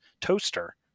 toaster